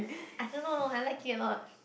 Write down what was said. I don't know I like it a lot